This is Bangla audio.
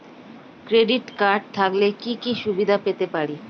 ক্রেডিট কার্ড থাকলে কি কি সুবিধা পেতে পারি?